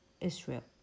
Israel